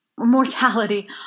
Mortality